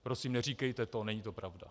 Prosím, neříkejte to, není to pravda.